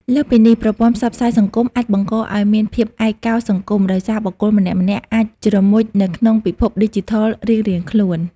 លើសពីនេះ ប្រព័ន្ធផ្សព្វផ្សាយសង្គមអាចបង្កឱ្យមានភាពឯកោសង្គម ដោយសារបុគ្គលម្នាក់ៗអាចជ្រមុជនៅក្នុងពិភពឌីជីថលរៀងៗខ្លួន។